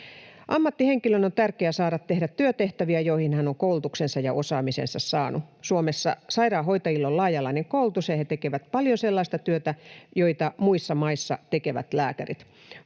Ammattihenkilön on tärkeää saada tehdä työtehtäviä, joihin hän on koulutuksensa ja osaamisensa saanut. Suomessa sairaanhoitajilla on laaja-alainen koulutus, ja he tekevät paljon sellaista työtä, jota muissa maissa tekevät lääkärit.